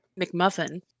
McMuffin